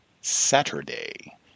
Saturday